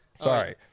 Sorry